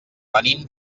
venim